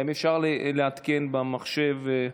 האם אפשר לעדכן במחשב את